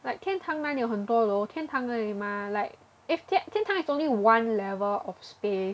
like 天堂哪里很多楼天堂而已 mah like if 天堂 is only one level of space